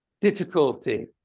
difficulty